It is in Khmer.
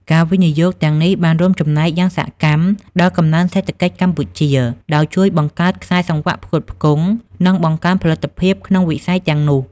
ការវិនិយោគទាំងនេះបានរួមចំណែកយ៉ាងសកម្មដល់កំណើនសេដ្ឋកិច្ចកម្ពុជា ដោយជួយបង្កើតខ្សែសង្វាក់ផ្គត់ផ្គង់ និងបង្កើនផលិតភាពក្នុងវិស័យទាំងនោះ។